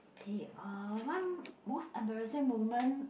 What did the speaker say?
K uh one most embarrassing moment